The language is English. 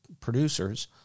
producers